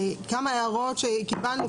גמה הערות שקיבלנו,